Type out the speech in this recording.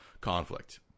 conflict